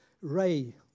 Ray